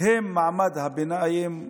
הם מעמד הביניים ומעלה.